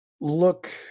Look